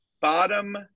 bottom